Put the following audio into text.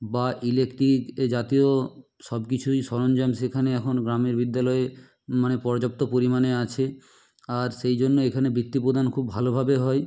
বা ইলেকট্রিক জাতীয় সব কিছুই সরঞ্জাম সেখানে এখন গ্রামের বিদ্যালয়ে মানে পর্যাপ্ত পরিমাণে আছে আর সেই জন্য এখানে বৃত্তি প্রদান খুব ভালোভাবে হয়